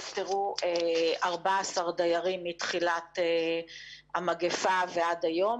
נפטרו 14 דיירים מתחילת המגפה ועד היום.